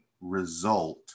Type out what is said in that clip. result